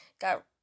got